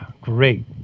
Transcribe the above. Great